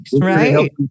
Right